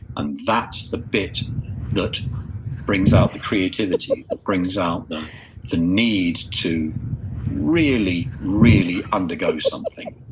and that's the bit that brings out the creativity, that brings out the the need to really, really undergo something.